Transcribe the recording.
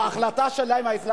למה הם לא מחוברים?